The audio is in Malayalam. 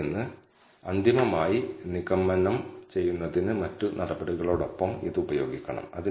ഒരു അന്തിമ ഉദാഹരണം ചെയ്യുമ്പോൾ നമുക്ക് ഇത് കാണാനാകും